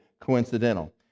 coincidental